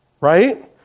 Right